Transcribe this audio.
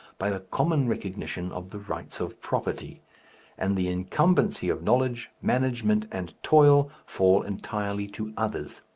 by the common recognition of the rights of property and the incumbency of knowledge, management, and toil fall entirely to others.